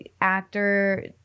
actor